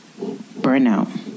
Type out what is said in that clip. burnout